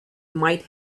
might